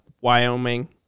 wyoming